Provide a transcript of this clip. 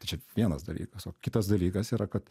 tai čia vienas dalykas o kitas dalykas yra kad